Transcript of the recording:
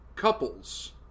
Couples